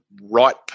right